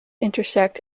intersect